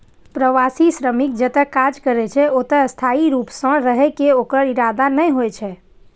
प्रवासी श्रमिक जतय काज करै छै, ओतय स्थायी रूप सं रहै के ओकर इरादा नै होइ छै